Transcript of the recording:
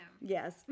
Yes